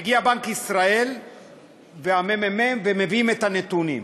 מגיעים בנק ישראל והממ"מ ומביאים את הנתונים,